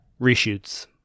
reshoots